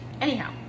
Anyhow